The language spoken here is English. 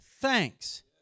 thanks